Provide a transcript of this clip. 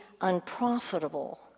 unprofitable